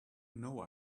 know